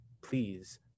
please